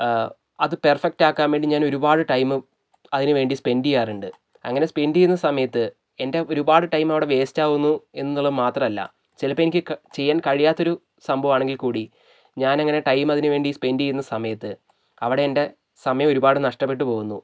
അത് പെർഫെക്റ്റ് ആക്കാൻ വേണ്ടി ഞാൻ ഒരുപാട് ടൈം അതിന് വേണ്ടി സ്പെൻഡ് ചെയ്യാറുണ്ട് അങ്ങനെ സ്പെൻഡ് ചെയ്യുന്ന സമയത്ത് എൻ്റെ ഒരുപാട് ടൈം അവിടെ വേസ്റ്റ് ആവുന്നു എന്നുള്ളത് മാത്രമല്ല ചിലപ്പോൾ എനിക്ക് ചെയ്യാൻ കഴിയാത്തൊരു സംഭവം ആണെങ്കിൽ കൂടി ഞാൻ അങ്ങനെ ടൈം അതിന് വേണ്ടി സ്പെൻഡ് ചെയ്യുന്ന സമയത്ത് അവിടെ എൻ്റെ സമയം ഒരുപാട് നഷ്ടപ്പെട്ട് പോകുന്നു